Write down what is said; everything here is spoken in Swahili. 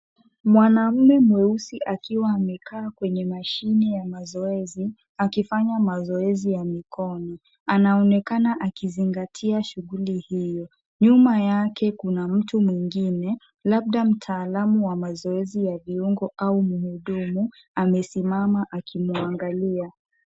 Mwanaume mweusi akiwa amekaa kwenye mashini ya mazoezi akifanya mazoezi ya mikono. Anaonekana akizingatia shughuli hiyo. Nyuma yake kuna mtu mwingine labda mtaalamu wa mazoezi ya viungo au mhudumu amesimama akimwangalia.